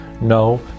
No